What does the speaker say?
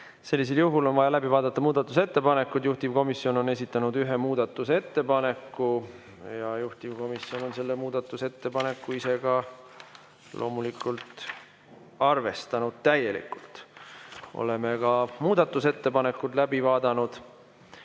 Sellisel juhul on vaja läbi vaadata muudatusettepanekud. Juhtivkomisjon on esitanud ühe muudatusettepaneku ja juhtivkomisjon on selle muudatusettepaneku ise ka loomulikult arvestanud täielikult. Oleme muudatusettepanekud läbi vaadanud.